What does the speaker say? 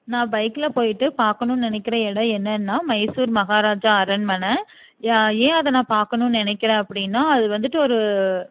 நான் பைக்கில் போய்விட்டு பாக்கணுன்னு நினைக்கிற எடம் என்னென்னா மைசூர் மஹாராஜா அரண்மனை ஏன் அதை நான் பாக்கணுன்னு நினைக்கிறேன் அப்படின்னா அது வந்துவிட்டு ஒரு